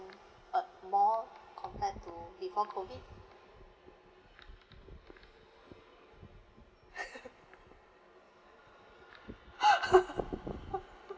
uh more compared to before COVID